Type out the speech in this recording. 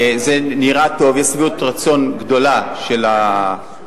זה נראה טוב, יש שביעות רצון גדולה של המטופלים.